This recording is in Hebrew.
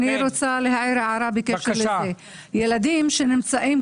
אני רוצה להעיר הערה בקשר לזה: ילדים שנמצאים